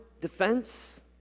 defense